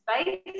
space